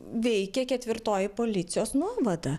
veikė ketvirtoji policijos nuovada